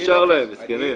לא נשאר להם, מסכנים.